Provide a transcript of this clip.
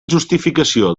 justificació